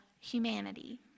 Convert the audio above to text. humanity